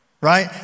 right